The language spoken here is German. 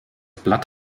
blatt